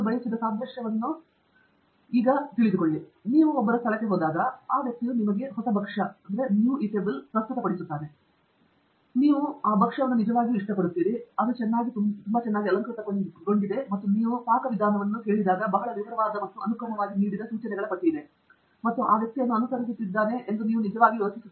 ಟ್ಯಾಂಜಿರಾಲಾ ನಾನು ನೀಡಲು ಬಯಸಿದ ಸಾದೃಶ್ಯವನ್ನು ನೀವು ಹೊಂದಿದ್ದೀರಾ ನೀವು ಒಬ್ಬರ ಸ್ಥಳಕ್ಕೆ ಹೋದಾಗ ಆ ವ್ಯಕ್ತಿಯು ನಿಮಗೆ ಹೊಸ ಭಕ್ಷ್ಯವನ್ನು ಪ್ರಸ್ತುತಪಡಿಸುತ್ತಿದ್ದಾನೆ ನಾನು ಸಾದೃಶ್ಯಗಳನ್ನು ಕಂಡುಕೊಂಡಿದ್ದೇನೆ ಮತ್ತು ನೀವು ಅದನ್ನು ನಿಜವಾಗಿಯೂ ಇಷ್ಟಪಡುತ್ತೀರಿ ಭಕ್ಷ್ಯ ಮತ್ತು ಇದು ತುಂಬಾ ಚೆನ್ನಾಗಿ ಅಲಂಕೃತಗೊಂಡಿದೆ ಮತ್ತು ನೀವು ಪಾಕವಿಧಾನವನ್ನು ಕೇಳಿದಾಗ ಬಹಳ ವಿವರವಾದ ಮತ್ತು ಅನುಕ್ರಮವಾಗಿ ನೀಡಿದ ಸೂಚನೆಗಳ ಪಟ್ಟಿ ಇದೆ ಮತ್ತು ಆ ವ್ಯಕ್ತಿಯು ಅದನ್ನು ಅನುಸರಿಸುತ್ತಿದ್ದಾನೆಂದು ನೀವು ನಿಜವಾಗಿಯೂ ಭಾವಿಸುತ್ತೀರಿ